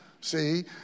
See